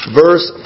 verse